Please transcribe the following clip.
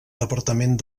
departament